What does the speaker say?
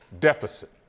deficit